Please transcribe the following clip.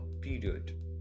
period